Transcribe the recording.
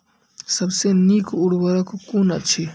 सबसे नीक उर्वरक कून अछि?